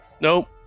Nope